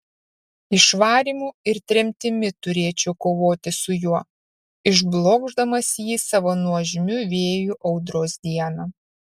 išvarymu ir tremtimi turėčiau kovoti su juo išblokšdamas jį savo nuožmiu vėju audros dieną